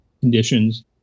conditions